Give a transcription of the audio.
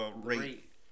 rate